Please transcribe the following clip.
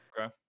Okay